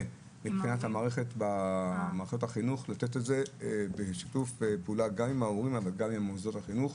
מבחינת מערכות החינוך גם עם ההורים וגם עם מוסדות החינוך.